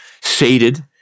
sated